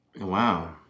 Wow